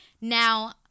Now